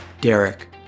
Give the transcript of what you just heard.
Derek